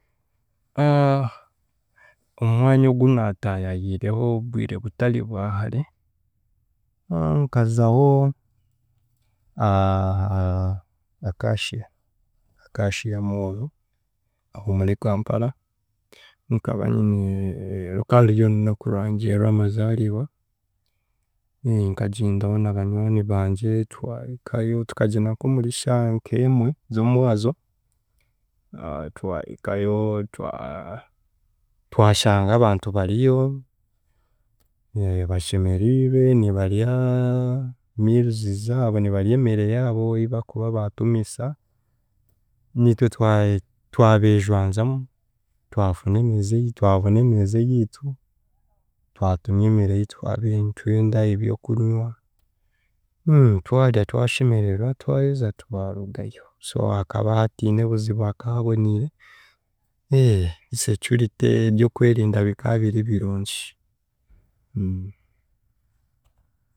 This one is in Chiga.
Omwanya ogu naataayaayiireho obwire butari bwa hare nkazaho Acacia Acacia mall ah'omuri Kampala nkaba nyine, ruka ruryorunaku rwangye rw'amazaaribwa, nkagyendaho na banywani bangye twahikayo tukagyenda nk'omuri shaaha nk'emwe z'omwazo twahikayo twa- twashanga abantu bariyo bashemeriirwe nibarya meals zaabo nibarya emere yaabo ei bakuba baatumisa nitwe nitwe twa- twabejwanzamu twafuna emeeza eyiitu twabona emeeza eyiitu twatumya emere yitwabire nitwenda, ebyokunywa twarya twashemererwa twaheza twarugayo, so hakaba hatiine buzibu haka habonire, security ery'okwerinda bika biri birungi.